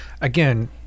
Again